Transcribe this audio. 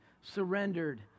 surrendered